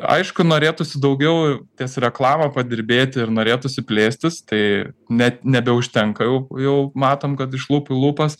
aišku norėtųsi daugiau ties reklama padirbėti ir norėtųsi plėstis tai net nebeužtenka jau jau matom kad iš lūpų į lūpas